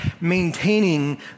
maintaining